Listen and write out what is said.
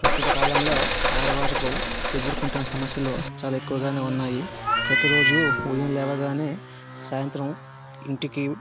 ప్రస్తుత కాలంలో ఆడవారకు ఎదురుకుంటున్న సమస్యలు చాలా ఎక్కువగానే ఉన్నాయి ప్రతిరోజు ఉదయం లేవగానే సాయంత్రం ఇంటికి